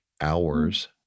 hours